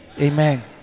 amen